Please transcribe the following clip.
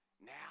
Now